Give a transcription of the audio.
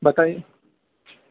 بتایئے